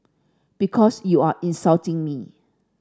because you are insulting me